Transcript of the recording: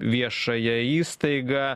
viešąją įstaigą